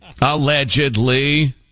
Allegedly